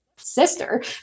Sister